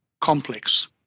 complex